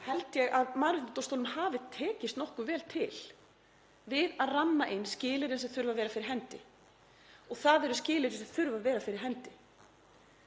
held ég að Mannréttindadómstólnum hafi tekist nokkuð vel til við að ramma inn skilyrði sem þurfa að vera fyrir hendi og það eru skilyrði sem þurfa að vera fyrir hendi.